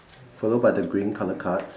followed by the green colour cards